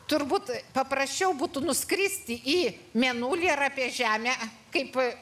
turbūt paprasčiau būtų nuskristi į mėnulį ar apie žemę kaip